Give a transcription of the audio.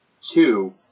Two